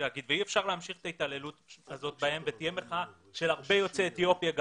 אי אפשר להמשיך את ההתעללות הזאת בהם ותהיה מחאה של הרבה יוצאי אתיופיה,